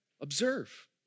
Observe